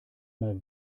mal